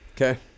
Okay